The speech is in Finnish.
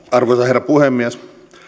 arvoisa herra puhemies